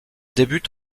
débute